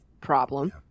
problem